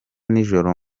nijoro